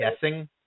guessing